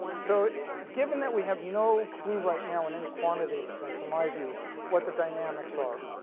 so given that we have no clue right now in any quantitative sense of my view what the dynamics are,